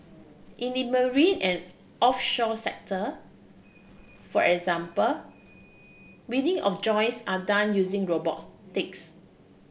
in the marine and offshore sector for example welding of joints can done using robotics